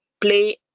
play